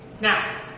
Now